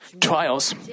trials